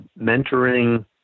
mentoring